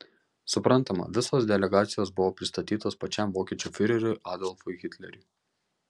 suprantama visos delegacijos buvo pristatytos pačiam vokiečių fiureriui adolfui hitleriui